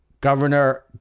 Governor